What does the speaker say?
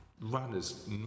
runners